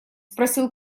спросил